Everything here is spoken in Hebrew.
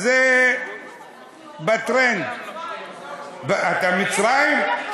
אז זה בטרנד, מצרים, אתה, מצרים?